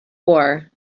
war